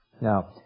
Now